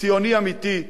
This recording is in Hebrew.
ציוני אמיתי,